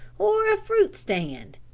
or a fruit stand,